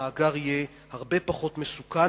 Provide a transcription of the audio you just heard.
המאגר יהיה הרבה פחות מסוכן,